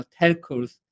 telcos